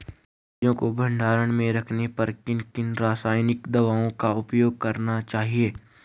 बीजों को भंडारण में रखने पर किन किन रासायनिक दावों का उपयोग करना चाहिए?